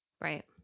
Right